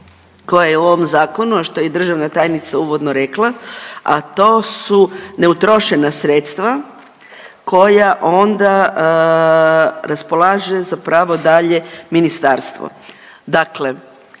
koja je u ovom zakonu, a što je i državna tajnica uvodno rekla, a to su neutrošena sredstva koja onda raspolaže zapravo dalje ministarstvo.